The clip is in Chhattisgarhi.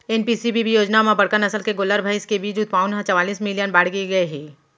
एन.पी.सी.बी.बी योजना म बड़का नसल के गोल्लर, भईंस के बीज उत्पाउन ह चवालिस मिलियन बाड़गे गए हे